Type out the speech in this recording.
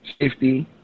safety